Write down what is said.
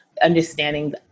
Understanding